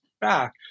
back